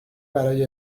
برای